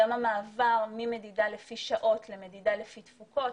גם המעבר ממדידה לפי שעות למדידה לפי תפוקות.